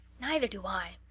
neither do i.